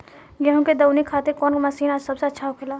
गेहु के दऊनी खातिर कौन मशीन सबसे अच्छा होखेला?